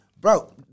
Bro